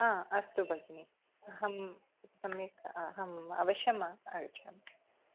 आ अस्तु भगिनि अहं सम्यक् अहं अवश्यम् आगच्छामि